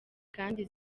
kandi